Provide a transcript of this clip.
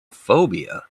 phobia